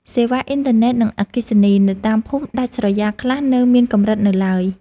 សេវាអ៊ីនធឺណិត និងអគ្គិសនីនៅតាមភូមិដាច់ស្រយាលខ្លះនៅមានកម្រិតនៅឡើយ។